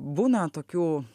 būna tokių